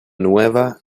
nueva